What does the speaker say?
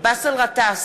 באסל גטאס,